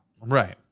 Right